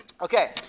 Okay